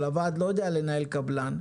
אבל הוועד לא יודע לנהל קבלן,